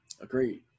Agreed